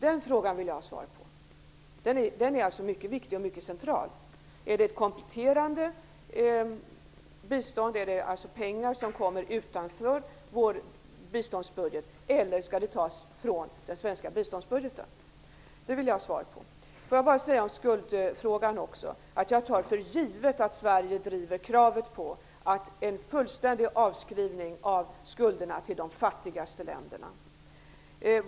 Det är en mycket viktig och mycket central fråga. Är det fråga om ett kompletterande bistånd, dvs. pengar som går utanför vår biståndsbudget, eller skall det tas från den svenska biståndsbudgeten? Den frågan vill jag ha svar på. Jag vill också nämna skuldfrågan. Jag tar för givet att Sverige driver kravet på en fullständig avskrivning av de fattigaste ländernas skulder.